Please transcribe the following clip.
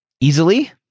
easily